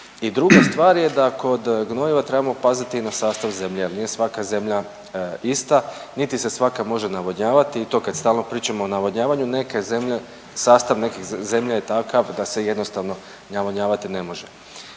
druga stvar je da kod gnojiva trebamo paziti na sastav zemlje jer nije svaka zemlja ista niti se svaka može navodnjavati. I to kad stalno pričamo o navodnjavanju neke zemlje, sastav nekih zemlje je takav da se jednostavno navodnjavati ne može,